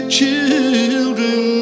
children